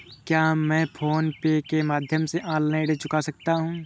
क्या मैं PhonePe के माध्यम से ऑनलाइन ऋण चुका सकता हूँ?